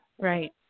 right